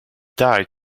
died